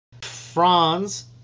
Franz